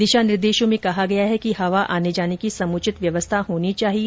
दिशा निर्देशों में कहा गया है कि हवा आने जाने की समुचित व्यवस्था होनी चाहिए